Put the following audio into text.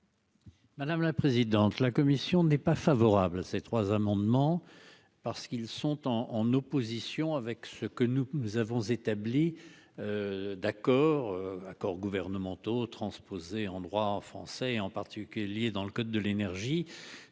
Madame la présidente. La commission n'est pas favorable. Ces trois amendements parce qu'ils sont en, en opposition avec ce que nous avons établi. D'accord. Accords gouvernementaux transposée en droit français et en particulier dans le code de l'énergie